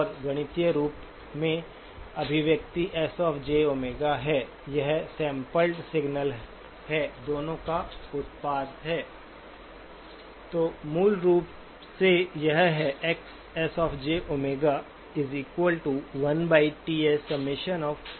और गणितीय रूप से अभिव्यक्ति S jΩ है यह सैंपलड सिग्नल है दोनों का उत्पाद है